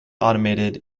automated